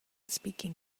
speaking